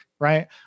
right